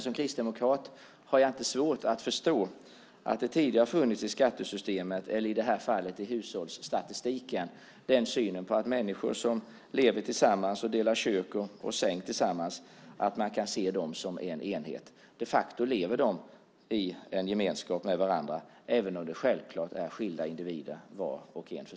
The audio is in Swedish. Som kristdemokrat har jag inte svårt att förstå att det tidigare i skattesystemet eller, som i det här fallet, i hushållsstatistiken har funnits en syn på att människor som lever tillsammans, som delar kök och säng, kan ses som en enhet. De facto lever de i en gemenskap, även om de, var och en för sig, självklart är skilda individer.